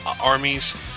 armies